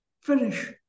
finish